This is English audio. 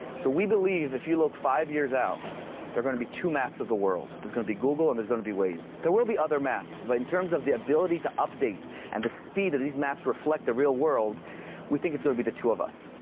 so we believe if you look five years out there, going to be two maps of the world. there's going to be google and there's going to be ways there will be other maps. but in terms of the ability to update and the speed of these maps reflect, the real world we think is going to be the two of us.